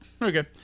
Okay